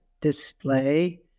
display